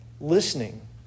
listening